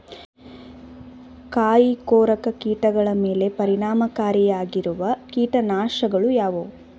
ಕಾಯಿಕೊರಕ ಕೀಟಗಳ ಮೇಲೆ ಪರಿಣಾಮಕಾರಿಯಾಗಿರುವ ಕೀಟನಾಶಗಳು ಯಾವುವು?